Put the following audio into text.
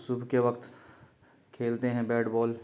صبح کے وقت کھیلتے ہیں بیٹ بال